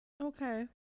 Okay